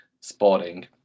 Sporting